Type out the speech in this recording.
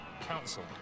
Council